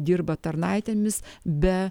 dirba tarnaitėmis be